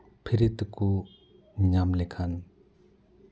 ᱯᱷᱤᱨᱤ ᱛᱮᱠᱚ ᱧᱟᱢ ᱞᱮᱠᱷᱟᱱ